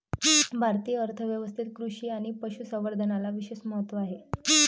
भारतीय अर्थ व्यवस्थेत कृषी आणि पशु संवर्धनाला विशेष महत्त्व आहे